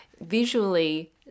visually